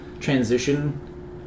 transition